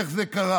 איך זה קרה?